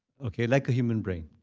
ok, like a human brain.